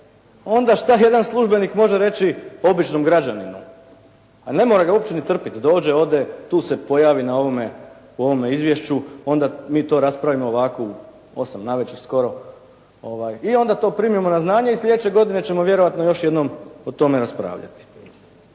Onda šta jedan službenik može reći običnom građaninu? A ne mora ga uopće ni trpiti. Dođe, ode. Tu se pojavi na ovome, u ovome izvješću onda mi to raspravimo ovako u 8 navečer skoro i onda to primimo na znanje i sljedeće godine ćemo vjerojatno još jednom o tome raspravljati.